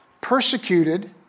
persecuted